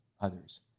others